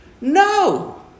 No